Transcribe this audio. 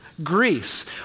Greece